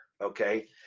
okay